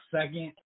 second